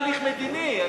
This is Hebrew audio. תהליך מדיני.